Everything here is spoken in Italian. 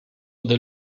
del